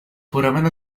purament